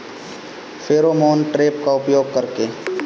Pheromone trap का उपयोग कर के?